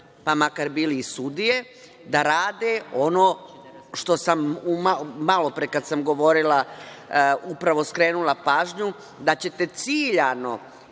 pa makar bili i sudije, da rade ono što sam malo pre kada sam govorila upravo skrenula pažnju, da ćete ciljano